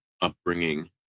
upbringing